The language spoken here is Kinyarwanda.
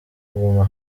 kuguma